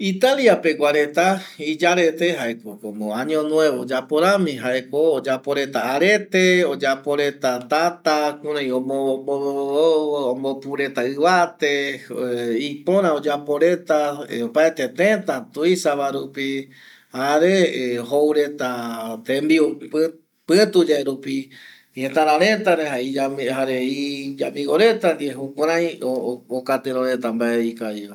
Italia pegua reta iyarete jaeko año nuevo oyapo rami jaeko oyapo reta arete, oyapo reta tata kurei omombo mombo ombopu reta ivate ˂hesitation˃ ipora oyapo reta jare opaete teta tuisa va rupi jare joireta tembiu pütu yave vi jetara reta jare iyamigo reta ndie jukurei okatiro mbae ikavi vae re.